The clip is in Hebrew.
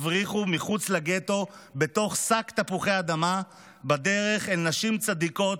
הבריחו מחוץ לגטו בתוך שק תפוחי אדמה בדרך אל נשים צדיקות,